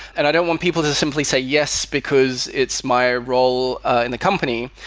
and i don't want people to simply say yes because it's my role in the company,